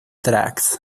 tracks